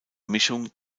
mischung